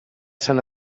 sant